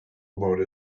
about